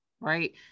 right